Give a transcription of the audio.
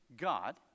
God